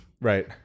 Right